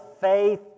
faith